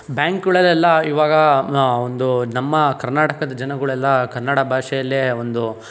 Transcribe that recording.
ಬ್ಯಾಂಕ್ಗಳಲ್ಲೆಲ್ಲ ಇವಾಗ ಒಂದು ನಮ್ಮ ಕರ್ನಾಟಕದ ಜನಗಳೆಲ್ಲ ಕನ್ನಡ ಭಾಷೆಯಲ್ಲೇ ಒಂದು